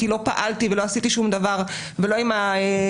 כי לא פעלתי ולא עשיתי שום דבר ולא עם תוספות